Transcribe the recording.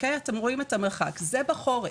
את המרחק, זה בחורף.